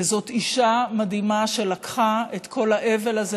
וזאת אישה מדהימה שלקחה את כל האבל הזה